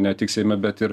ne tik seime bet ir